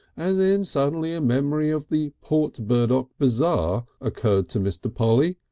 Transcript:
and then suddenly a memory of the port burdock bazaar occurred to mr. polly,